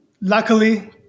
luckily